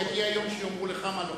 יגיע היום שיאמרו לך מה לומר.